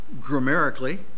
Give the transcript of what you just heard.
grammatically